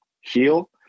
heal